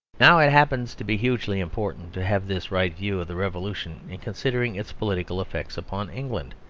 now it happens to be hugely important to have this right view of the revolution in considering its political effects upon england.